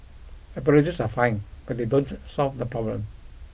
apologies are fine but they don't solve the problem